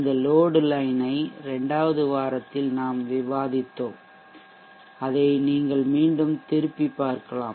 இந்த load line ஐ 2 வது வாரத்தில் நாம் விவாதித்தோம் அதை நீங்கள் மீண்டும் திருப்பிப்பார்க்கலாம்